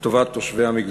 לטובת תושבי המגזר.